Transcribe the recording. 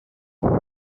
would